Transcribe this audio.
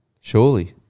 Surely